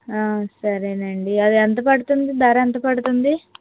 ఆ సరే అండి అది ఎంత పడుతుంది ధర ఎంత పడుతుంది